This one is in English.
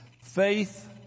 Faith